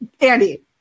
Andy